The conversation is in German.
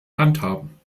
handhaben